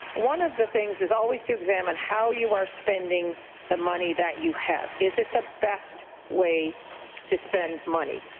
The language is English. one of the things is always to examine how you are spending the money that you have. is it the best way to spend money?